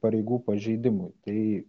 pareigų pažeidimui tai